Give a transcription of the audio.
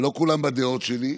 לא כולם בדעות שלי,